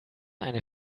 eine